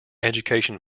education